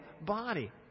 body